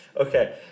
okay